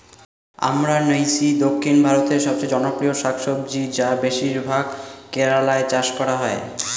আমরান্থেইসি দক্ষিণ ভারতের সবচেয়ে জনপ্রিয় শাকসবজি যা বেশিরভাগ কেরালায় চাষ করা হয়